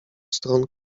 stron